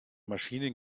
maschinen